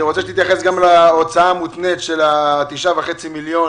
אני רוצה שתייחס להוצאה המותנית של ה-9.5 מיליון